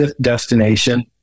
destination